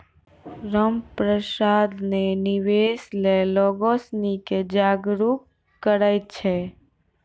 रामप्रसाद ने निवेश ल लोग सिनी के जागरूक करय छै